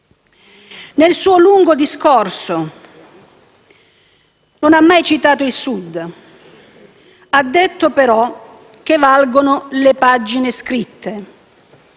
Nel suo lungo discorso non ha mai citato il Sud. Ha detto, però, che valgono le pagine scritte.